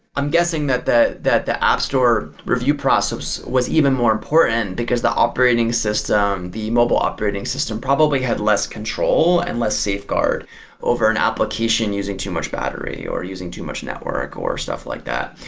i'm guessing that that the app store review process was even more important, because the operating system, the mobile operating system probably had less control and less safeguard over an application using too much battery or using too much network or stuff like that.